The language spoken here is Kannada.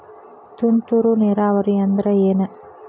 ತುಂತುರು ನೇರಾವರಿ ಅಂದ್ರ ಏನ್?